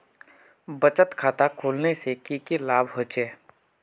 बचत खाता खोलने से की की लाभ होचे?